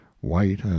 white